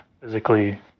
physically